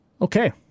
Okay